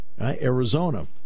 Arizona